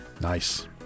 Nice